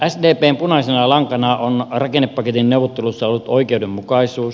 sdpn punaisena lankana on rakennepaketin neuvotteluissa ollut oikeudenmukaisuus